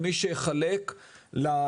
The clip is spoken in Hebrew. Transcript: הם בודקים ואתה מקבל את זה בחזרה, נכון?